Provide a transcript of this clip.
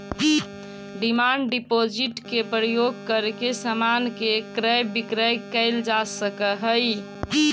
demand deposit के प्रयोग करके समान के क्रय विक्रय कैल जा सकऽ हई